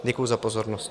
Děkuji za pozornost.